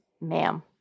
ma'am